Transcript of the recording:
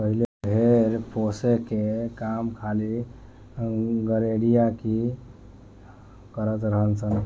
पहिले भेड़ पोसे के काम खाली गरेड़िया ही करत रलन सन